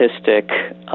statistic